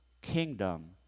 kingdom